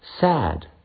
sad